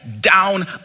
down